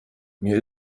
mir